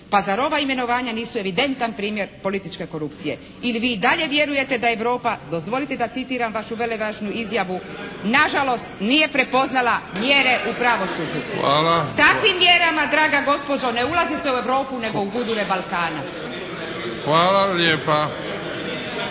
Pa zar ova imenovanja nisu evidentan primjer političke korupcije? Ili vi i dalje vjerujete da Europa, dozvolite da citiram vašu velevažnu izjavu, nažalost nije prepoznala mjere u pravosuđu. … /Upadica: Hvala./ … S takvim mjerama draga gospođo ne ulazi se u Europu nego u gudure Balkana. **Bebić,